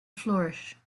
flourish